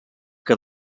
que